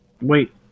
Wait